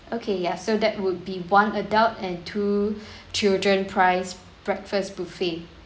okay ya so that would be one adult and two children price breakfast buffet